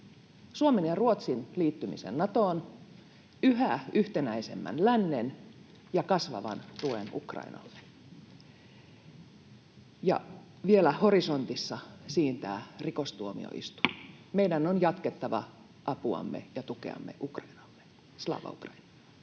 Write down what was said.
Suomen ja Ruotsin liittymisen Natoon, yhä yhtenäisemmän lännen ja kasvavan tuen Ukrainalle, ja vielä horisontissa siintää rikostuomioistuin. Meidän on jatkettava apuamme ja tukeamme Ukrainalle. Slava Ukraini!